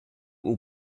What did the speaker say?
will